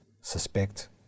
Suspect